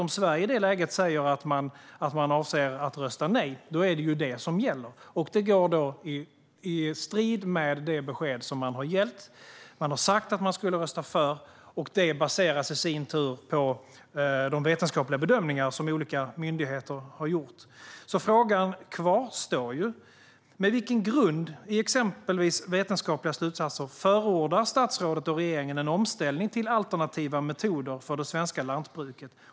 Om Sverige i det läget säger att man avser att rösta nej är det vad som gäller. Det går då i strid med det besked man har gett. Man har sagt att man skulle rösta för. Och det baserades i sin tur på de vetenskapliga bedömningar som olika myndigheter har gjort. Frågan kvarstår: Med vilken grund, i exempelvis vetenskapliga slutsatser, förordar statsrådet och regeringen en omställning till alternativa metoder för det svenska lantbruket?